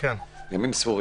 ימים ספורים.